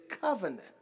covenant